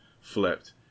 flipped